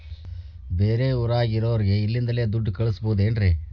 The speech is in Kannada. ಬೇರೆ ಊರಾಗಿರೋರಿಗೆ ಇಲ್ಲಿಂದಲೇ ದುಡ್ಡು ಕಳಿಸ್ಬೋದೇನ್ರಿ?